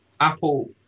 Apple